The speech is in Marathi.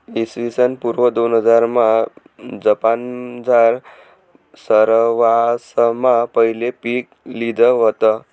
इसवीसन पूर्व दोनहजारमा जपानमझार सरवासमा पहिले पीक लिधं व्हतं